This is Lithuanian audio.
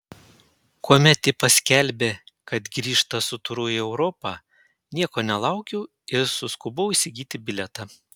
kuomet ji paskelbė kad grįžta su turu į europą nieko nelaukiau ir suskubau įsigyti bilietą